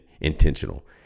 intentional